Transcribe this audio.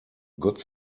gott